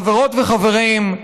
חברות וחברים,